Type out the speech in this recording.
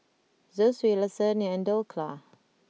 Zosui Lasagne and Dhokla